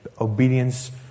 Obedience